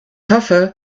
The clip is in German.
hoffe